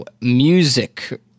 Music